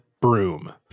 broom